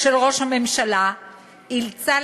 של ראש הממשלה אילצה,